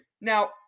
Now